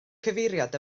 cyfeiriad